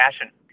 passion